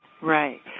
Right